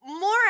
More